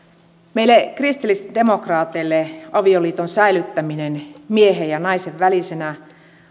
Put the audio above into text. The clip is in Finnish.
meille kristillisdemokraateille avioliiton säilyttäminen miehen ja naisen välisenä